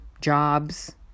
jobs